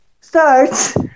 starts